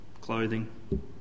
clothing